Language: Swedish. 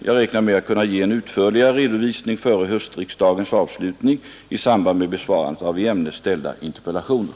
Jag räknar med att kunna ge en utförligare redovisning före höstriksdagens avslutning i samband med besvarandet av i ämnet ställda interpellationer.